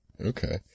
okay